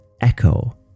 echo